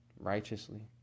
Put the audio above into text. Righteously